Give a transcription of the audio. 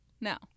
No